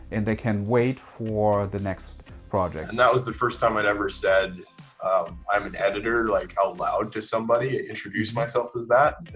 and they can wait for the next project. and that was the first time i'd ever said i'm an editor like out loud to somebody, introduced myself as that.